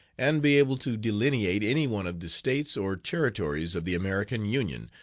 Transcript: and be able to delineate any one of the states or territories of the american union,